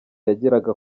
yageraga